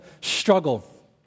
struggle